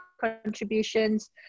contributions